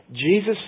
Jesus